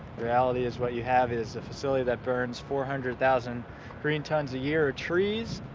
reality is what you have is a facility that burns four hundred thousand green tons a year of trees.